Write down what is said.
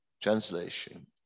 Translation